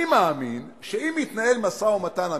אני מאמין שאם יתנהל משא-ומתן אמיתי,